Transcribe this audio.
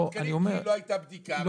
לא מעודכנים כי לא הייתה בדיקה.